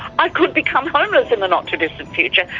i could become homeless in the not too distant future,